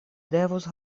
devus